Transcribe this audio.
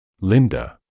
Linda